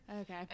Okay